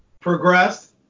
Progress